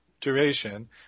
duration